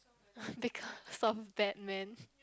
because of that man